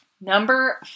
Number